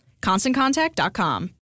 ConstantContact.com